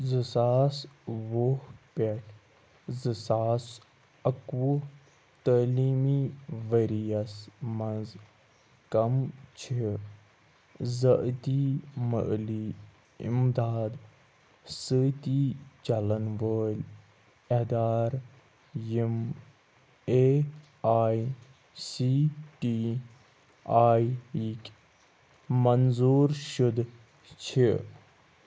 زٕ ساس وُہ پٮ۪ٹھ زٕ ساس اَکہٕ وُہ تٲلیٖمی ؤریَس مَنٛز کَم چھِ ذٲتی مٲلی اِمداد سۭتی چَلَن وٲلۍ اٮ۪دارٕ یِم A I C T E یِکۍ منظوٗر شُدٕ چھِ